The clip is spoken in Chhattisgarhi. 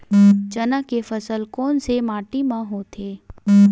चना के फसल कोन से माटी मा होथे?